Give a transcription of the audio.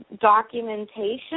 documentation